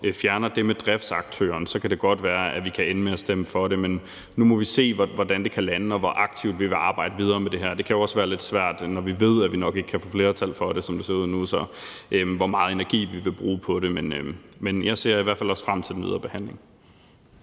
fjerner det med driftsaktøren, så kan det godt være, at vi kan ende med at stemme for det, men nu må vi se, hvordan det kan lande, og hvor aktivt vi vil arbejde videre med det her, og hvor meget energi vi vil bruge på det. Det kan jo også være lidt svært, når vi ved, at vi nok ikke kan få flertal for det, som det ser ud nu, men jeg ser i hvert fald også frem til den videre behandling.